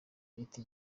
bita